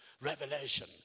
Revelation